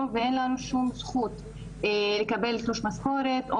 אין ספק שהסיפור של אלימות בתוך התא המשפחתי במיוחד אצל